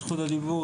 על הזכות הדיבור,